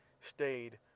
stayed